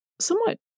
somewhat